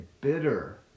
bitter